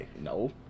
no